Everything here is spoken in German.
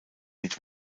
mit